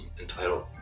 entitled